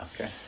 Okay